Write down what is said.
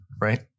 right